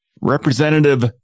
Representative